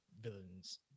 villains